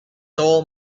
soul